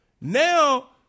Now